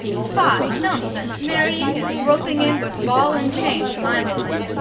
tie, nonsense marrying is roping in with ball and chain, to my mind.